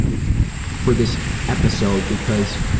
for this episode because